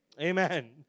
Amen